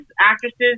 actresses